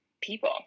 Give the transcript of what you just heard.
people